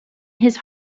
his